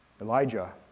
Elijah